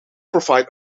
provide